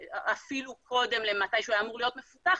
אפילו קודם למתי שהוא היה אמור להיות מפותח.